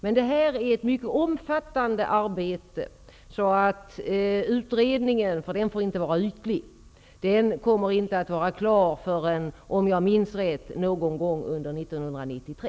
Men det är fråga om ett mycket omfattande arbete. Utredningen får inte vara ytlig, och den kommer, om jag minns rätt, inte att vara klar förrän någon gång under 1993.